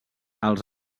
els